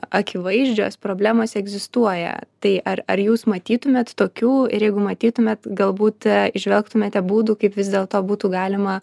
akivaizdžios problemos egzistuoja tai ar ar jūs matytumėt tokių ir jeigu matytumėt galbūt įžvelgtumėte būdų kaip vis dėlto būtų galima